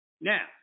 Now